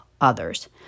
others